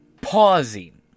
pausing